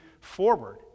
forward